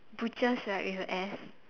butchers right with a S